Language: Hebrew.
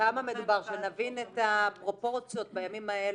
כמה מדובר שנבין את הפרופורציות בימים האלו.